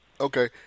Okay